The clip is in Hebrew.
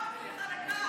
נדבקתי לך לכאן.